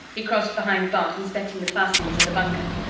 he crossed behind bart, inspecting the fastenings of the bunker.